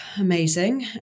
amazing